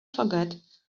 forget